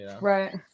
Right